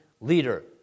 leader